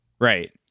Right